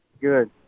Good